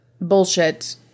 bullshit